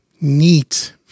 neat